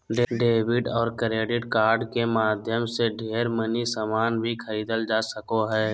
debit और credit card के माध्यम से ढेर मनी सामान भी खरीदल जा सको हय